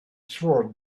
swore